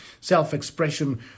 self-expression